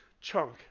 chunk